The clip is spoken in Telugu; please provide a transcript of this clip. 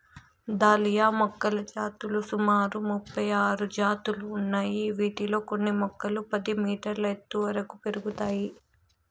దాలియా మొక్కల జాతులు సుమారు ముపై ఆరు జాతులు ఉన్నాయి, వీటిలో కొన్ని మొక్కలు పది మీటర్ల ఎత్తు వరకు పెరుగుతాయి